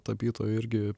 tapytojų irgi